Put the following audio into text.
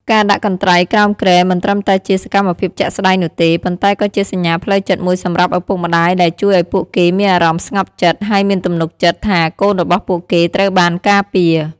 ការដាក់កន្ត្រៃក្រោមគ្រែមិនត្រឹមតែជាសកម្មភាពជាក់ស្តែងនោះទេ ប៉ុន្តែក៏ជាសញ្ញាផ្លូវចិត្តមួយសម្រាប់ឪពុកម្តាយដែលជួយឱ្យពួកគេមានអារម្មណ៍ស្ងប់ចិត្ត ហើយមានទំនុកចិត្តថា កូនរបស់ពួកគេត្រូវបានការពារ។